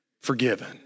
forgiven